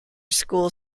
school